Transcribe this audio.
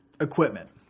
equipment